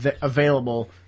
available